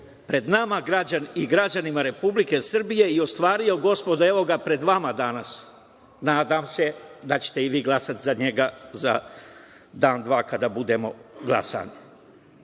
pred nama i građanima Republike Srbije i ostvario, gospodo, evo ga pred vama danas. Nadam se da ćete i vi glasati za njega za dan, dva kada budemo